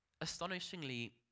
astonishingly